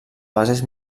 bases